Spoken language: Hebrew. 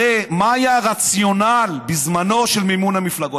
הרי מה היה הרציונל, בזמנו, של מימון המפלגות?